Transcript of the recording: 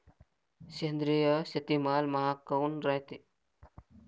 सेंद्रिय शेतीमाल महाग काऊन रायते?